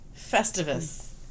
Festivus